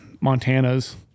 Montana's